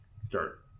start